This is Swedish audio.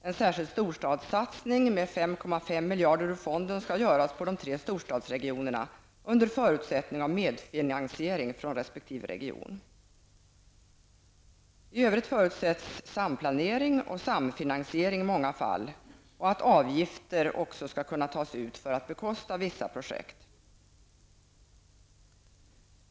En särskild storstadssatsning på 5,5 miljarder ur fonden skall göras på de tre storstadsregionerna, under förutsättning av medfinansiering från resp. region. I övrigt förutsätts att samplanering och samfinansiering skall ske i många fall och att avgifter också skall kunna tas ut för att bekosta vissa projekt.